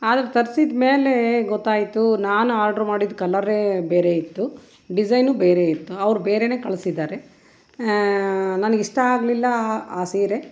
ಆದ್ರೆ ತರ್ಸಿದ ಮೇಲೆ ಗೊತ್ತಾಯಿತು ನಾನು ಆರ್ಡ್ರು ಮಾಡಿದ್ದ ಕಲರೇ ಬೇರೆ ಇತ್ತು ಡಿಸೈನೂ ಬೇರೆ ಇತ್ತು ಅವ್ರು ಬೇರೆನೇ ಕಳ್ಸಿದ್ದಾರೆ ನನಗೆ ಇಷ್ಟ ಆಗಲಿಲ್ಲ ಆ ಸೀರೆ